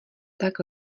tak